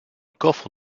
coffre